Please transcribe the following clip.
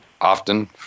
often